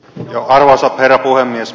arvoisa herra puhemies